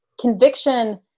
conviction